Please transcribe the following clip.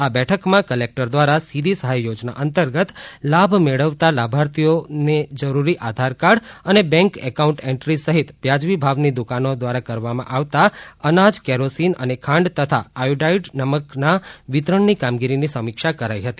આ બેઠકમાં કલેકટર દ્વારા સીધી સહાય યોજના અંતર્ગત લાભ મેળવતા લાભાર્થીઓની જરૂરી આધારકાર્ડ અને બેંક એકાઉન્ટ એન્ટ્રી સહિત વ્યાજબી ભાવની દુકાનો દ્વારા કરવામાં આવતા અનાજ કેરોસીન અને ખાંડ તથા આયોડાઇઝ નમકના વિતરણ કામગીરીની સમિક્ષા કરાઇ હતી